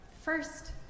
First